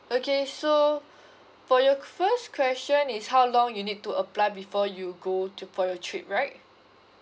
okay so for your first question is how long you need to apply before you go to for your trip right